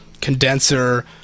condenser